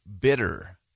bitter